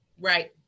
Right